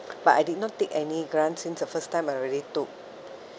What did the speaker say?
but I did not take any grant since the first time I already took